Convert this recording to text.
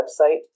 website